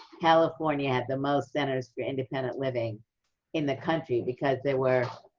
california had the most centers for independent living in the country, because there were,